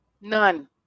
None